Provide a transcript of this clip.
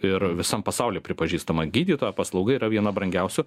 ir visam pasauly pripažįstama gydytojo paslauga yra viena brangiausių